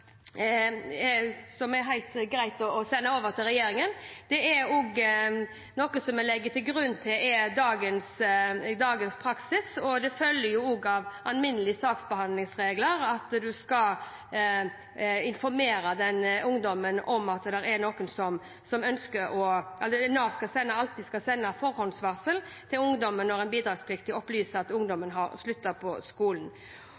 er helt greit å sende over til regjeringen. Det er noe som en legger til grunn i dagens praksis. Det følger jo også av alminnelige saksbehandlingsregler at Nav alltid skal sende forhåndsvarsel til ungdommen når den bidragspliktige opplyser at ungdommen har sluttet på skolen. Nav vil også kunne benytte den adgangen til å innhente opplysninger direkte fra utdanningsinstitusjoner, også i kombinasjon med de opplysningene som ungdommen